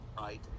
right